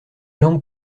langue